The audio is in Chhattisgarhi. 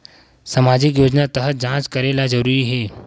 सामजिक योजना तहत जांच करेला जरूरी हे